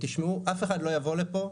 אף אחד לא יבוא לפה,